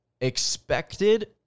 expected